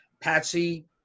Patsy